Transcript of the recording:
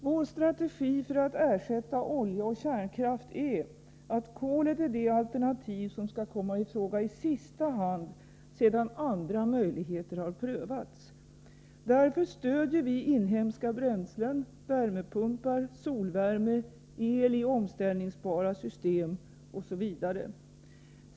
Vår strategi för att ersätta olja och kärnkraft är att kolet är det alternativ som skall komma i fråga i sista hand, sedan andra möjligheter har prövats. Därför stöder vi inhemska bränslen, värmepumpar, solvärme, el i omställningsbara system osv.